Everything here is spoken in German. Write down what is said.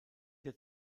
der